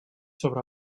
sobre